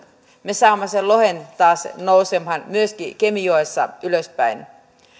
me saamme sen lohen taas nousemaan myöskin kemijoessa ylöspäin